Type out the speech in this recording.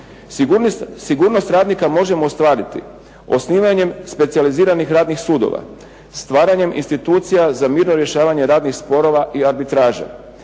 Sigurnost radnika možemo ostvariti osnivanjem specijaliziranih radnik sudova, stvaranjem institucija za mirno rješavanje radnih sporova i arbitraža,